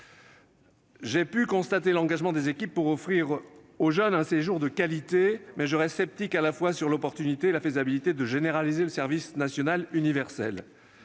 J'ai pu constater l'engagement des équipes pour offrir aux jeunes un séjour de qualité, mais je reste sceptique à la fois sur l'opportunité et la faisabilité de la généralisation du service national universel.